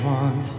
one